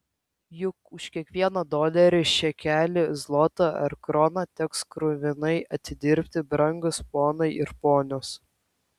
juk už kiekvieną dolerį šekelį zlotą ar kroną teks kruvinai atidirbti brangūs ponai ir ponios